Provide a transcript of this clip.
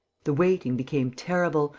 the waiting became terrible,